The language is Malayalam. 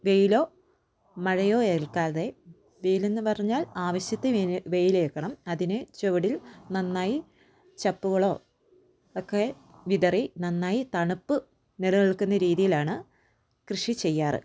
വെയിലോ മഴയോ ഏൽക്കാതെ വെയിലെന്നു പറഞ്ഞാൽ ആവശ്യത്തിന് വെയിൽ വെയിലേൽക്കണം അതിനു ചുവട്ടിൽ നന്നായി ചപ്പുകളോ ഒക്കെ വിതറി നന്നായി തണുപ്പ് നിലനിൽക്കുന്ന രീതിയിലാണ് കൃഷി ചെയ്യാറ്